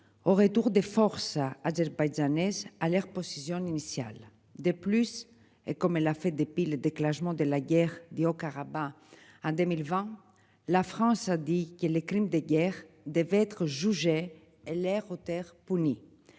Au retour des forces azerbaïdjanaises à l'air précision initiale des plus et comme elle a fait des piles déclenchement de la guerre du rock à Rabat en 2020 la France a dit qu'est les crimes de guerre devait être jugeait l'air other puni.